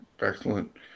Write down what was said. Excellent